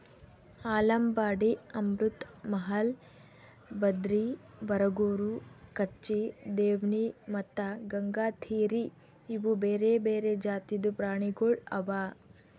ಆಲಂಬಾಡಿ, ಅಮೃತ್ ಮಹಲ್, ಬದ್ರಿ, ಬರಗೂರು, ಕಚ್ಚಿ, ದೇವ್ನಿ ಮತ್ತ ಗಂಗಾತೀರಿ ಇವು ಬೇರೆ ಬೇರೆ ಜಾತಿದು ಪ್ರಾಣಿಗೊಳ್ ಅವಾ